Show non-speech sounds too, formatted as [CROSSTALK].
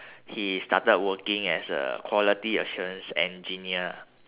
[BREATH] he started working as a quality assurance engineer